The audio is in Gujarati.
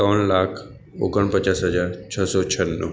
ત્રણ લાખ ઓગણપચાસ હજાર છસો છન્નુ